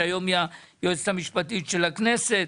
שהיום היא היועצת המשפטית של הכנסת.